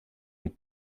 und